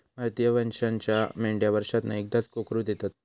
भारतीय वंशाच्यो मेंढयो वर्षांतना एकदाच कोकरू देतत